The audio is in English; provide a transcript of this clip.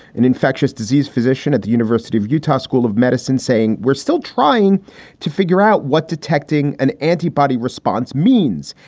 an infectious disease physician at the university of utah school of medicine, saying, we're still trying to figure out what detecting an antibody response means.